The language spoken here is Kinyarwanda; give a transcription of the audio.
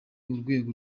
urwego